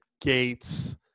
Gates